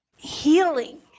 healing